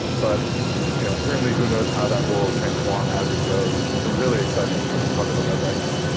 but you know certainly, who knows how that will transform as it grows. um it's a really exciting kind of part of the web right now